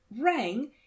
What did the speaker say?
rang